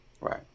Right